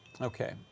Okay